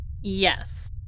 Yes